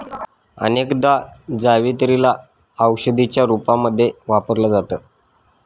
अनेकदा जावेत्री ला औषधीच्या रूपामध्ये वापरल जात